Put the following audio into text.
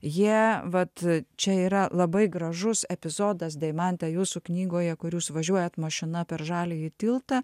jie vat čia yra labai gražus epizodas deimante jūsų knygoje kur jūs važiuojat mašina per žaliąjį tiltą